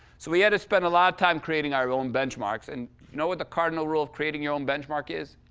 so we had to spend a lot of time creating our own benchmarks. and you know what the cardinal rule of creating your own benchmark is?